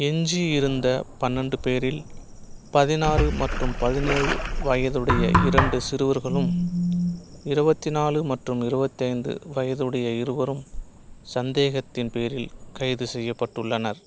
எஞ்சியிருந்த பன்னெண்டு பேரில் பதினாறு மற்றும் பதினேழு வயதுடைய இரண்டு சிறுவர்களும் இருபத்தி நாலு மற்றும் இருபத்தைந்து வயதுடைய இருவரும் சந்தேகத்தின் பேரில் கைது செய்யப்பட்டுள்ளனர்